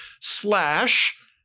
slash